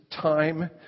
time